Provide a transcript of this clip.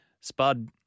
Spud